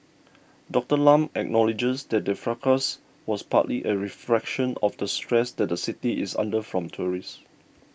Doctor Lam acknowledges that the fracas was partly a reflection of the stress that the city is under from tourists